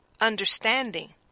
understanding